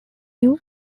you